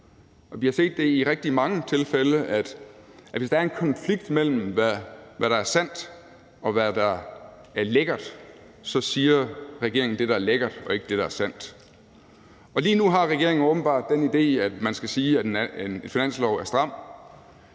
Vi har i rigtig mange tilfælde set, at hvis der er en konflikt mellem, hvad der er sandt, og hvad der er lækkert, så siger regeringen det, der er lækkert, og ikke det, der er sandt. Og lige nu har regeringen åbenbart den idé, at man skal sige, at en finanslov er stram,